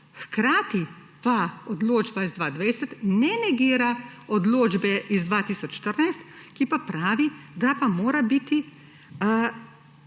Hkrati pa odločba iz 2020 ne negira odločbe iz 2014, ki pa pravi, da pa mora biti